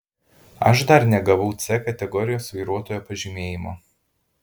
aš dar negavau c kategorijos vairuotojo pažymėjimo